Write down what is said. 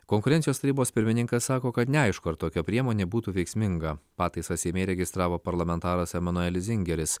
konkurencijos tarybos pirmininkas sako kad neaišku ar tokia priemonė būtų veiksminga pataisą seime įregistravo parlamentaras emanuelis zingeris